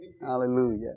Hallelujah